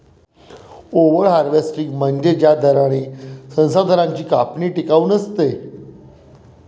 over harvesting म्हणजे ज्या दराने संसाधनांची कापणी टिकाऊ नसते